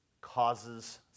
causes